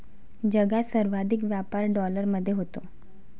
जगात सर्वाधिक व्यापार डॉलरमध्ये होतो